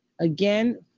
Again